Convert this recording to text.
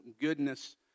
goodness